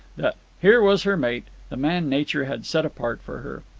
that here was her mate, the man nature had set apart for her.